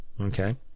okay